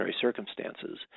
circumstances